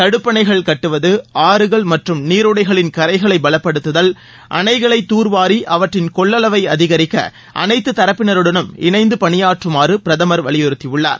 தடுப்பணைகள் கட்டுவது ஆறுகள் மற்றும் நீரோடைகளின் கரைகளை பலப்படுத்துதல் அணைகளை தர்வாரி அவற்றின் கொள்ளளவை அதிகரிக்க அனைத்து தரப்பினருடனும் இணைந்து பணியாற்றுமாறும் பிரதமர் வலியுறுத்தியுள்ளார்